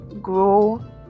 grow